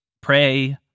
pray